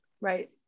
Right